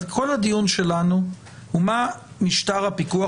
אז כל הדיון שלנו הוא מה משטר הפיקוח